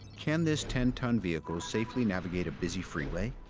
can this ten ton vehicle safely navigate a busy freeway?